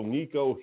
Nico